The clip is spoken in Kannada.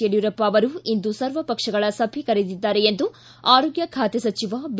ಯಡಿಯೂರಪ್ಪ ಅವರು ಇಂದು ಸರ್ವಪಕ್ಷಗಳ ಸಭೆ ಕರೆದಿದ್ದಾರೆ ಎಂದು ಆರೋಗ್ಯ ಖಾತೆ ಸಚಿವ ಬಿ